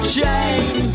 Shame